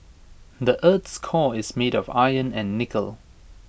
the Earth's core is made of iron and nickel